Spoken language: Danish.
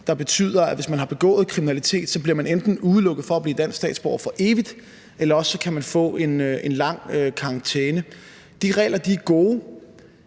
betyder, at hvis man har begået kriminalitet, bliver man enten udelukket fra at blive dansk statsborger for evigt, eller også kan man få en lang karantæne. De regler er gode.